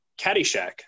caddyshack